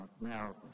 Now